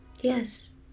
yes